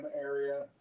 area